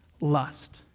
lust